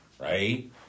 right